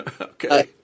Okay